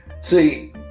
see